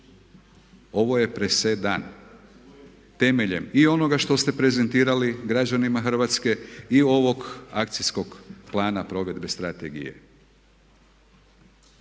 Ovo je presedan temeljem i onoga što ste prezentirali građanima Hrvatske i ovog Akcijskog plana provedbe strategije.